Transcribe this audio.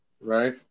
right